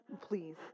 Please